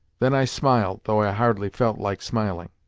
then i smiled, though i hardly felt like smiling.